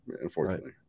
unfortunately